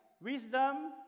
wisdom